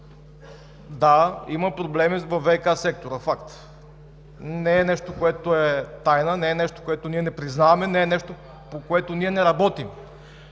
да, има проблеми във ВиК сектора – факт. Не е нещо, което е тайна, не е нещо, което не признаваме, не е нещо, по което ние не работим.